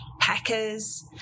hackers